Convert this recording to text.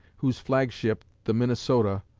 whose flag-ship, the minnesota,